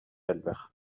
элбэх